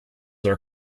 are